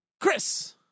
Chris